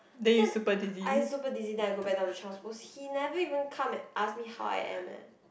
then I super dizzy then I go back down to child's pose he never even come and ask me how I am eh